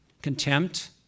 Contempt